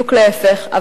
בדיוק להיפך.